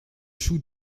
choux